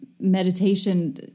meditation